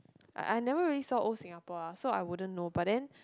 I never really saw old Singapore lah so I wouldn't know but then